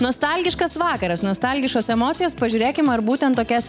nostalgiškas vakaras nostalgiškos emocijos pažiūrėkim ar būtent tokias